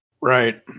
Right